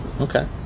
okay